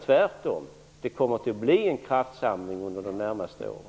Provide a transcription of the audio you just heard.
Tvärtom kommer det att bli en kraftsamling under de närmaste åren.